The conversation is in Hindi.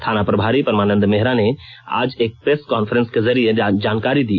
थाना प्रभारी परमानंद मेहरा ने आज एक प्रेस कॉन्फ्रेंस के जरिए जानकारी दी